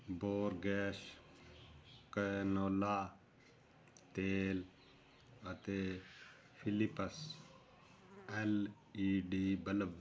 Borges canola ਤੇਲ ਅਤੇ Philips L E D bulb